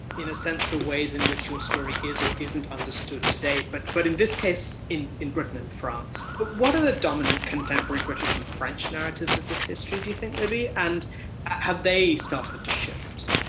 in a sense, the ways in which your story is or isn't understood today, but but in this case, in in britain and france. but what are the dominant contemporary british and french narratives of this history, do you think, libby? and have they started to shift?